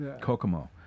Kokomo